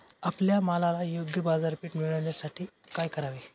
आपल्या मालाला योग्य बाजारपेठ मिळण्यासाठी काय करावे?